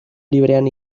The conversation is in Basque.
librean